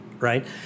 Right